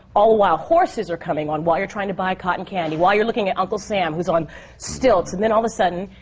all the while, horses are coming on while you're trying to buy cotton candy, while you're looking at uncle sam, who's on stilts. and then all of a sudden,